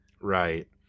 right